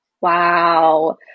Wow